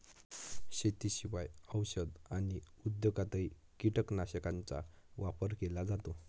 शेतीशिवाय औषध आणि उद्योगातही कीटकनाशकांचा वापर केला जातो